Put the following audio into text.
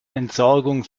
entsorgung